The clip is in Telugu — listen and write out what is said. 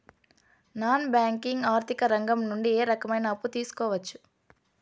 నాన్ బ్యాంకింగ్ ఆర్థిక రంగం నుండి ఏ రకమైన అప్పు తీసుకోవచ్చు?